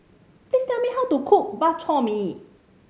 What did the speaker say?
please tell me how to cook Bak Chor Mee